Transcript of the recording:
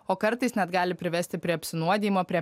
o kartais net gali privesti prie apsinuodijimo prie